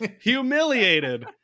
humiliated